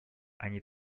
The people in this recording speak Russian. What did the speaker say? они